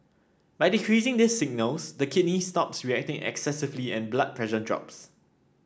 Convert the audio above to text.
by decreasing these signals the kidneys stop reacting excessively and the blood pressure drops